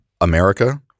America